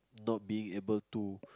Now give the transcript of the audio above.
not being able to